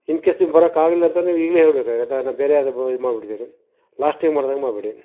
ಇನ್ case ನೀವು ಬರೋಕ್ಕಾಗಿಲ್ಲ ಅಂತ ಅಂದ್ರೆ ನೀವು ಈಗಲೇ ಹೇಳ್ಬೇಕಾಗುತ್ತೆ ನಾ ಬೇರೆ ಯಾರಾದ್ ಇದು ಮಾಡಿಬಿಡ್ತೀನಿ ಲಾಸ್ಟ್ ಟೈಮ್ ಮಾಡ್ದಾಗ ಮಾಡಬೇಡಿ